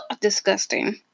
Disgusting